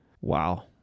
Wow